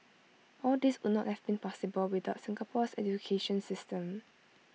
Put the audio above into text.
all these would not have been possible without Singapore's education system